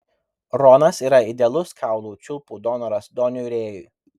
ronas yra idealus kaulų čiulpų donoras doniui rėjui